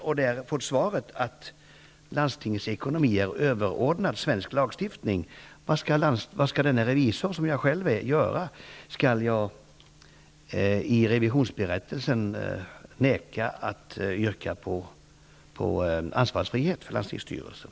Jag har fått det svaret att landstingets ekonomi är överordnad svensk lagstiftning. Vad skall revisorn, dvs. jag, göra i det fallet? Skall jag i revisionsberättelsen vägra att föreslå ansvarsfrihet för landstingsstyrelsen?